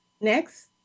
Next